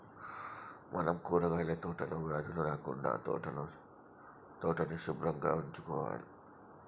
మనం కూరగాయల తోటలో వ్యాధులు రాకుండా తోటని సుభ్రంగా ఉంచుకోవాలి